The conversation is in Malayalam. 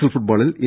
എൽ ഫുട്ബോളിൽ എ